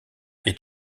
est